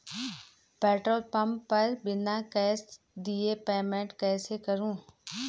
Petrol pump पर बिना cash दिए पेमेंट कैसे करूँ?